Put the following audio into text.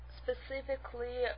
specifically